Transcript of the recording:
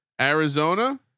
Arizona